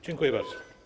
Dziękuję bardzo.